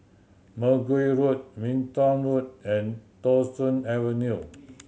Mergui Road Minto Road and Thong Soon Avenue